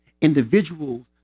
individuals